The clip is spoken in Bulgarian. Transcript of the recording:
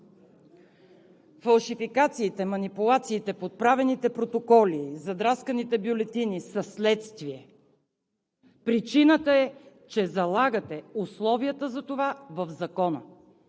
фалшификациите, манипулациите, подправените протоколи, задрасканите бюлетини са следствие. Причината е, че залагате условията за това в закона.